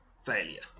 Failure